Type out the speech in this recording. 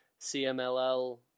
CMLL